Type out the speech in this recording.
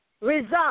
result